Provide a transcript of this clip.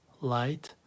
light